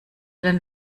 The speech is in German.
den